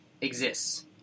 exists